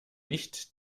nicht